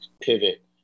pivot